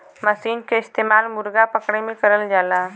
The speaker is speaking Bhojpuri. मसीन के इस्तेमाल मुरगा पकड़े में करल जाला